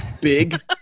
big